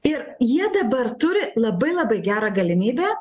ir jie dabar turi labai labai gerą galimybę